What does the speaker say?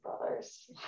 Brothers